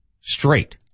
straight